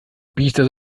biester